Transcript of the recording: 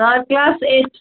sir class eight